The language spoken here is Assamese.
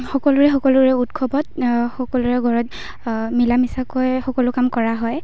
সকলোৰে সকলোৰে উৎসৱত সকলোৰে ঘৰত মিলা মিচাকৈ সকলো কাম কৰা হয়